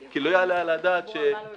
כי לא יעלה על הדעת שחברות,